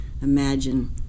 imagine